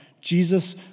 Jesus